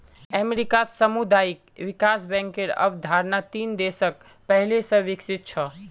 अमेरिकात सामुदायिक विकास बैंकेर अवधारणा तीन दशक पहले स विकसित छ